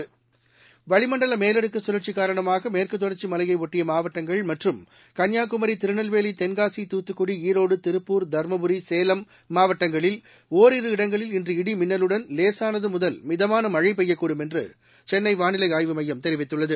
வானிலை வளிமண்டலமேலடுக்குசுழற்சிகாரணமாகமேற்குதொடர்ச்சிமலையைஒட்டியமாவட்டங்கள் மற்றம் கள்ளியாகுமரி திருநெல்வேலி தென்காசி துத்துக்குடி ஈரோடு திருப்பூர் தர்மபுரி சேலம் மாவட்டங்களில் இடங்களில் இன்று லேசானதுமுதல் மிதமானமழைபெய்யக்கூடும் ஒரிரு என்றுசென்னைவானிலைஆய்வு மையம் தெரிவித்துள்ளது